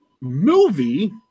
movie